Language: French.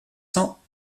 cents